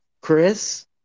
chris